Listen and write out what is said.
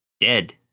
dead